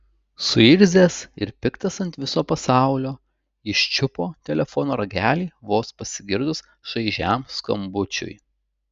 suirzęs ir piktas ant viso pasaulio jis čiupo telefono ragelį vos pasigirdus šaižiam skambučiui